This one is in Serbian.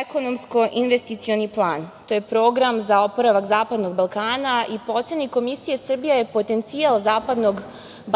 ekonomsko-investicioni plan. To je program za oporavak Zapadnog Balkana i po oceni Komisije, Srbija je potencijal Zapadnog